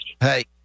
Hey